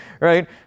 right